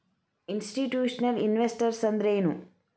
Institutional investors ಅಂದ್ರೇನು?